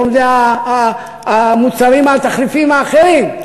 היום זה המוצרים התחליפיים האחרים.